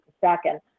second